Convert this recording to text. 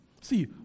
See